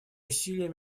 усилия